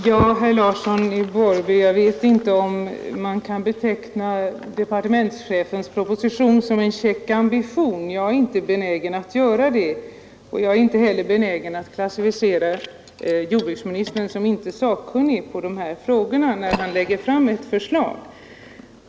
Fru talman! Jag vet inte, herr. Larsson i Borrby, om man kan beteckna departementschefens proposition som en käck ambition. Jag är inte benägen att göra det, och jag är inte heller benägen att klassificera jordbruksministern som inte sakkunnig i de här frågorna, när han lägger fram ett förslag.